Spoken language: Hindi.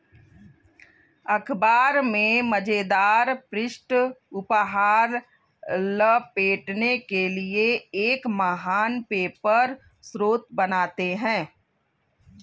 अख़बार में मज़ेदार पृष्ठ उपहार लपेटने के लिए एक महान पेपर स्रोत बनाते हैं